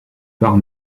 part